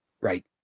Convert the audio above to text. Right